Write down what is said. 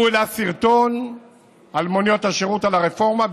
הוא העלה סרטון על מוניות השירות, על הרפורמה.